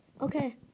Okay